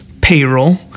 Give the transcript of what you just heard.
payroll